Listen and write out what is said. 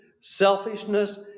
selfishness